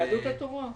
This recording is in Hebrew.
יהדות התורה.